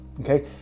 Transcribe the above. okay